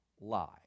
lie